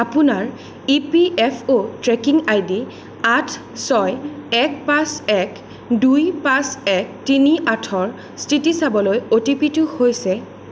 আপোনাৰ E P F O tracking I D অঠ ছয় এক পাঁচ এক দুই পাঁচ এক তিনি আঠৰ স্থিতি চাবলৈ অ' টি পিটো হৈছে